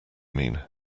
mean